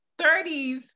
30s